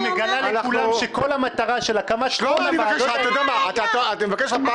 היא מגלה לכולם שכל המטרה של הקמת כל הוועדות היא --- שלמה,